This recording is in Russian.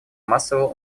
массового